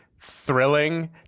thrilling